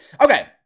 Okay